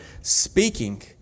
speaking